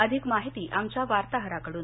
अधिक माहिती आमच्या वार्ताहराकडून